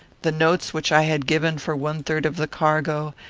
the notes which i had given for one-third of the cargo,